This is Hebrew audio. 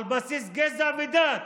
על בסיס גזע ודת